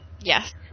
Yes